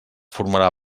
formarà